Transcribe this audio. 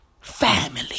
Family